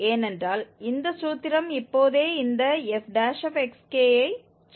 ஏனென்றால் இந்த சூத்திரம் இப்போதே இந்த fxk ஐ சொல்கிறது